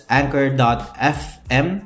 anchor.fm